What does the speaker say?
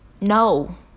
no